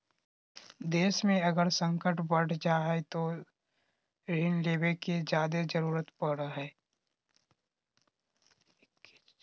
देश मे अगर संकट बढ़ जा हय तो ऋण लेवे के जादे जरूरत पड़ो हय